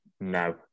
no